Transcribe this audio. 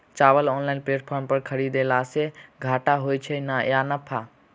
चावल online platform पर खरीदलासे घाटा होइ छै या नफा?